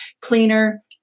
cleaner